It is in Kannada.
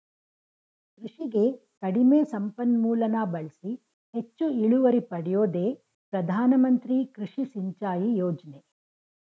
ಕೃಷಿಗೆ ಕಡಿಮೆ ಸಂಪನ್ಮೂಲನ ಬಳ್ಸಿ ಹೆಚ್ಚು ಇಳುವರಿ ಪಡ್ಯೋದೇ ಪ್ರಧಾನಮಂತ್ರಿ ಕೃಷಿ ಸಿಂಚಾಯಿ ಯೋಜ್ನೆ